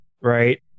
right